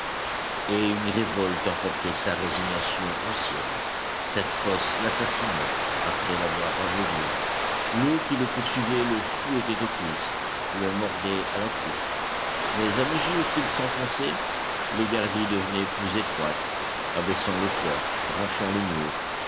et une révolte emportait sa résignation ancienne cette fosse l'assassinait après l'avoir aveuglé l'eau qui le poursuivait le fouettait aux cuisses le mordait à la croupe mais à mesure qu'il s'enfonçait les galeries devenaient plus étroites abaissant le toit renflant le mur